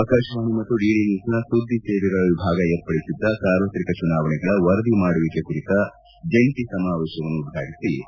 ಆಕಾಶವಾಣಿ ಮತ್ತು ಡಿಡಿ ನ್ನೂಸ್ನ ಸುದ್ದಿ ಸೇವೆಗಳ ವಿಭಾಗ ಏರ್ಪಡಿಸಿದ್ದ ಸಾರ್ವತ್ರಿಕ ಚುನಾವಣೆಗಳ ವರದಿ ಮಾಡುವಿಕೆ ಕುರಿತ ಜಂಟ ಸಮಾವೇಶವನ್ನು ಉದ್ವಾಟಿಒ